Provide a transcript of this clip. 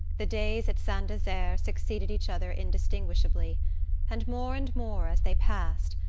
the days at saint desert succeeded each other indistinguishably and more and more, as they passed,